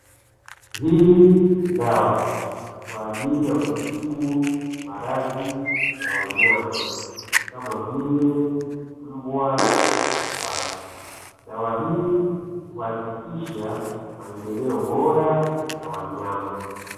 Hii ni dawa kwa ajili ya kutibu maradhi ya wanyama, kama vile mbwa na paka. Dawa hii huhakikisha maendeleo bora ya wanyama.